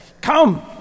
Come